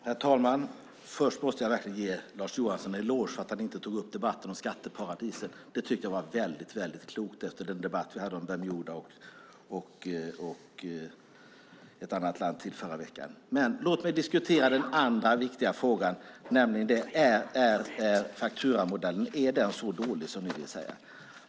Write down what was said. Herr talman! Först måste jag ge Lars Johansson en eloge för att han inte tog upp debatten om skatteparadisen. Det var klokt efter den debatt vi hade om Bermuda med mera i förra veckan. Låt mig diskutera den andra viktiga frågan, nämligen om fakturamodellen är så dålig som ni hävdar.